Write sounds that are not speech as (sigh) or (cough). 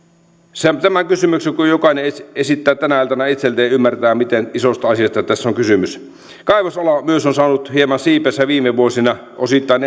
tämän kysymyksen kun jokainen esittää tänä iltana itselleen ymmärtää miten isosta asiasta tässä on kysymys myös kaivosala on saanut hieman siipeensä viime vuosina osittain (unintelligible)